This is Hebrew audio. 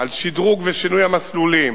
על שדרוג ושינוי המסלולים,